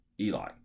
Eli